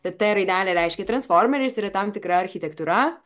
t raidelė reiškia transformeris yra tam tikra architektūra